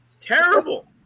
terrible